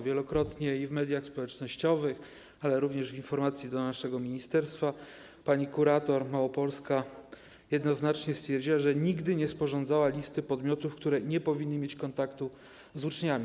Wielokrotnie - i w mediach społecznościowych, i również w informacji dla naszego ministerstwa - pani kurator małopolska jednoznacznie stwierdzała, że nigdy nie sporządzała listy podmiotów, które nie powinny mieć kontaktu z uczniami.